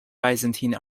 byzantine